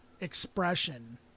expression